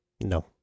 No